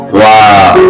wow